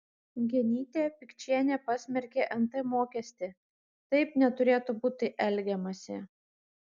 genytė pikčienė pasmerkė nt mokestį taip neturėtų būti elgiamasi